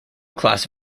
class